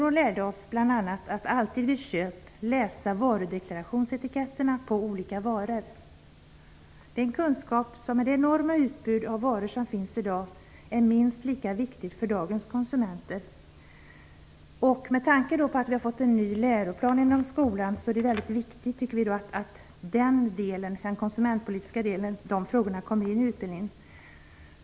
Hon lärde oss bl.a. att alltid vid köp läsa varudeklarationsetiketterna på olika varor. Det är en kunskap som med det enorma utbud av varor som finns i dag är minst lika viktig för dagens konsumenter. Med tanke på att vi har fått en ny läroplan för skolan är det väldigt viktigt att de konsumentpolitiska frågorna kommer in i utbildningen.